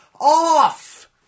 off